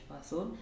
person